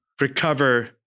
recover